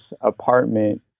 apartment